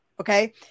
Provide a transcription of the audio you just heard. okay